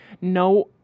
no